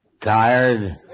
Tired